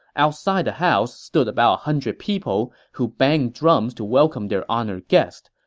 outside the house stood about a hundred people, who banged drums to welcome their honored guest.